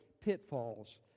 pitfalls